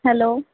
hello